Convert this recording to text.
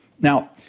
Now